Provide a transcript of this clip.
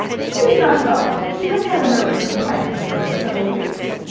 she is not well, she has had a nervous complaint on her for several weeks.